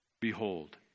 Behold